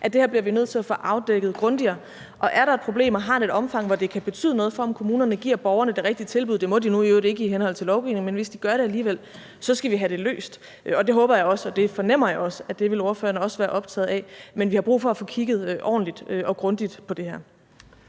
at det her bliver vi nødt til at få afdækket grundigere; altså om der er et problem, og om det har et omfang, hvor det kan betyde noget for, om kommunerne giver borgerne det rigtige tilbud. Det må de nu i øvrigt ikke i henhold til lovgivningen, men hvis de gør det alligevel, skal vi have det løst. Det håber jeg, og det fornemmer jeg også ordføreren vil være optaget af. Men vi har brug for at få kigget ordentligt og grundigt på det her.